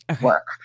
work